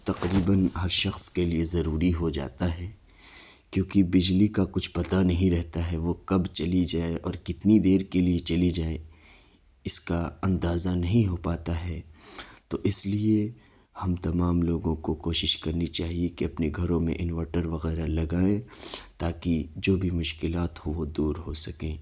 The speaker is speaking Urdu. تقریباً ہر شخص کے لیے ضروری ہو جاتا ہے کیونکہ بجلی کا کچھ پتہ نہیں رہتا ہے وہ کب چلی جائے اور کتنی دیر کے لیے چلی جائے اس کا اندازہ نہیں ہو پاتا ہے تو اس لیے ہم تمام لوگوں کو کوشش کرنی چاہیے کہ اپنے گھروں میں انویٹر وغیرہ لگائیں تاکہ جو بھی مشکلات ہوں وہ دور ہو سکیں